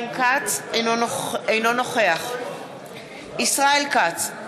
אינו נוכח ישראל כץ,